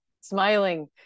Smiling